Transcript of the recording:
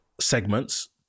segments